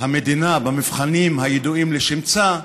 המדינה במבחנים הידועים לשמצה,